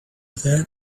there